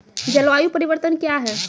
जलवायु परिवर्तन कया हैं?